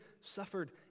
suffered